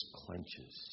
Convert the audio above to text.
clenches